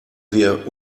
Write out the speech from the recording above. wir